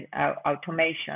automation